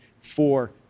for-